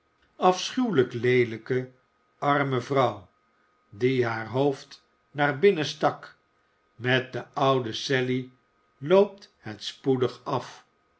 afschuwelijk leelijke arme vrouw die haar hoofd naar binnen stak met de oude sally loopt het spoedig af